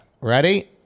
Ready